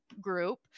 group